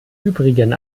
übrigen